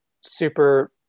super